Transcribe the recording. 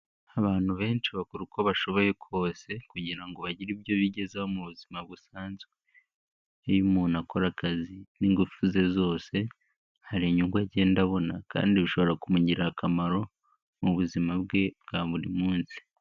Abantu benshi bakora uko bashoboye kose kugira ngo bagire ibyo bigezaho mu buzima busanzwe, iyo umuntu akora akazi n'ingufu ze zose, hari inyungu agenda abona kandi bishobora kumugirira akamaro mu buzima bwe bwa buri munsi.